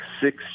six